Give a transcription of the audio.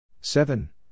seven